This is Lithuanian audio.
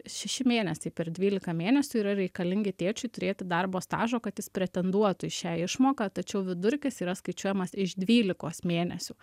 šeši mėnesiai per dvylika mėnesių yra reikalingi tėčiui turėti darbo stažo kad jis pretenduotų į šią išmoką tačiau vidurkis yra skaičiuojamas iš dvylikos mėnesių